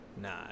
Nah